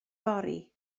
fory